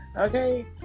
okay